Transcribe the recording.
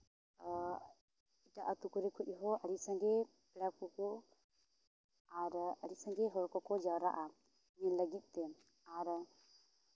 ᱟᱨ ᱮᱴᱟᱜ ᱟᱛᱳ ᱠᱚᱨᱮ ᱠᱷᱚᱱ ᱦᱚᱸ ᱟᱹᱰᱤ ᱥᱟᱸᱜᱮ ᱯᱮᱲᱟ ᱠᱚ ᱠᱚ ᱟᱨ ᱟᱹᱰᱤ ᱥᱟᱸᱜᱮ ᱦᱚᱲ ᱠᱚ ᱠᱚ ᱡᱟᱣᱨᱟᱜᱼᱟ ᱧᱮᱞ ᱞᱟᱹᱜᱤᱫ ᱛᱮ